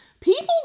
people